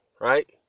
right